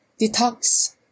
detox